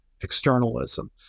externalism